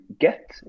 get